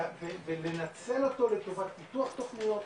ולנצל אותו לטובת פיתוח תוכניות,